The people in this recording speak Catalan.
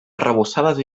arrebossades